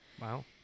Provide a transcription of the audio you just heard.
Wow